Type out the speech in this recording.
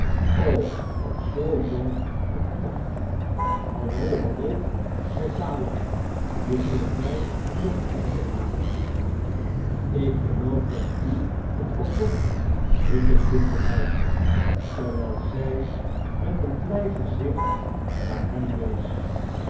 nog zoo jong en knap hallo hallo zei caleb je zulfc mij nog ijdel maken ik geloof dat u t al bent riep het blinde meisje terwijl zij met een blij gezicht naar hem weee